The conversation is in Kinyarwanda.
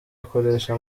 akoresha